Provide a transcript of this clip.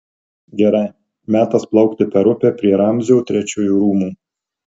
gerai metas plaukti per upę prie ramzio trečiojo rūmų